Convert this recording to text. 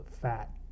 fat